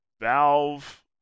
Valve